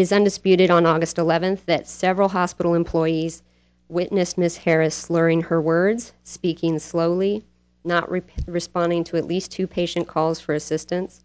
is undisputed on august eleventh that several hospital employees witnessed ms harris slurring her words speaking slowly not repair responding to at least two patient calls for assistance